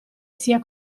sia